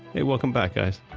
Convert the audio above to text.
hey, welcome back, guys.